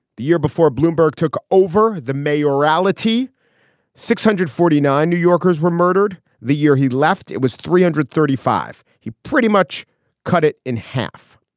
the year before bloomberg took over the mayor morality six hundred forty nine new yorkers were murdered. the year he left it was three hundred and thirty five. he pretty much cut it in half.